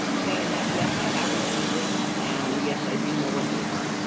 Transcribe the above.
saying that yes, i have reviewed this and yes, i do know what they are.